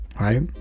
right